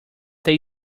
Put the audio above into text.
they